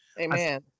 Amen